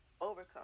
Overcome